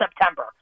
September